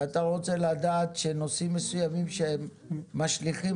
ואתה רוצה לדעת שנושאים מסוימים שהם משליכים